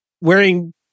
Wearing